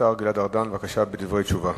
השר גלעד ארדן, בבקשה, דברי תשובה.